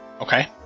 Okay